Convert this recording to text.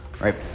right